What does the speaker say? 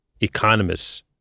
economists